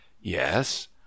Yes